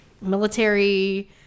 military